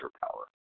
power